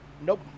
Nope